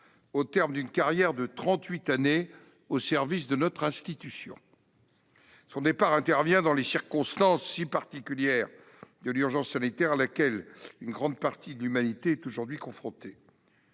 au terme d'une carrière de trente-huit années au service de notre institution. Son départ intervient dans les circonstances si particulières de l'urgence sanitaire à laquelle une grande partie de l'humanité est aujourd'hui confrontée.